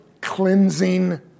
cleansing